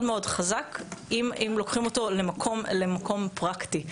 מאוד חזק אם לוקחים אותו למקום פרקטי.